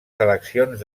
seleccions